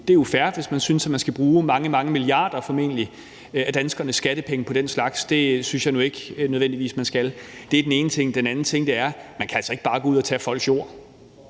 det er jo fair, hvis man synes, at man skal bruge formentlig mange, mange milliarder af danskernes skattepenge på den slags. Det synes jeg nu ikke nødvendigvis man skal. Det er den ene ting. Den anden ting er, at man altså ikke bare kan gå ud at tage folks jord.